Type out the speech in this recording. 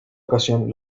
ocasión